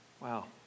wow